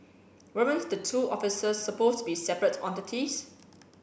weren't the two offices supposed to be separate entities